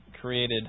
created